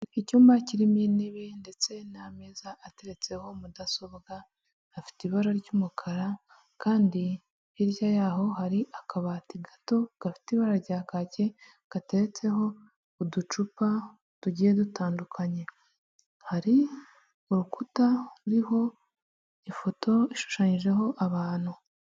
Icyumba kirimo intebe ndetse n'ameza ateretseho mudasobwa, afite ibara ry'umukara kandi hirya yaho hari akabati gato gafite ibara rya kake gateretseho uducupa tugiye dutandukanye, hari urukuta ruriho ifoto ishushanyijeho abantu.